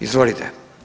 Izvolite.